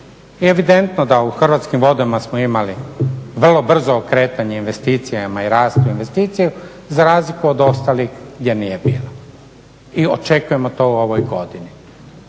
Evidentno da u Hrvatskim vodama smo imali vrlo brzo okretanje investicijama i rastu investicije za razliku od ostalih gdje nije bilo i očekujemo to u ovoj godini.